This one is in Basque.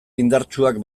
indartsuak